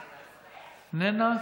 איננה.